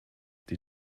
die